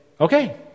okay